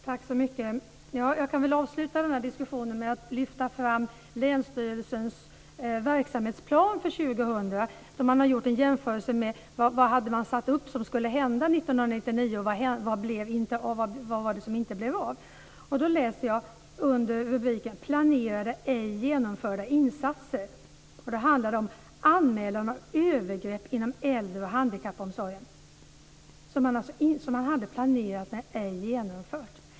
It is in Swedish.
Fru talman! Jag kan avsluta diskussionen med att lyfta fram länsstyrelsens verksamhetsplan för 2000. Man har gjort en jämförelse med vad man hade satt upp som sådant som skulle hända 1999 och vad som inte blev av. Jag läser under rubriken "Planerade, ej genomförda insatser". Det handlar om anmälan om övergrepp inom äldre och handikappomsorgen. Detta hade man alltså planerat men ej genomfört.